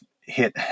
hit